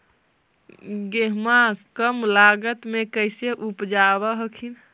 गेहुमा कम लागत मे कैसे उपजाब हखिन?